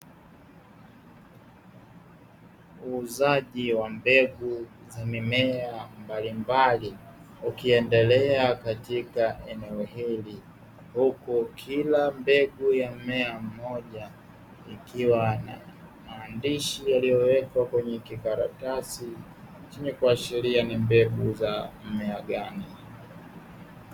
Muuzaji wa mbegu za mimea mbalimbali ukiendelea katika eneo hili, huku kila mbegu ya mmea mmoja ikiwa na maandishi yaliyowekwa kwenye kikaratasi chenye kuashiria ni mbegu za mmea gani.